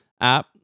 app